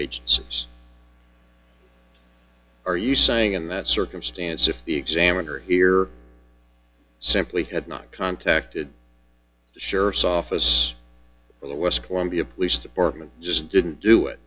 says are you saying in that circumstance if the examiner here simply had not contacted the sheriff's office or the west columbia police department just didn't do it